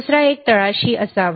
दुसरा एक तळाशी असावा